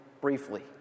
briefly